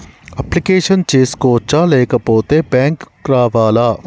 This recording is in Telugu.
అప్లికేషన్ చేసుకోవచ్చా లేకపోతే బ్యాంకు రావాలా?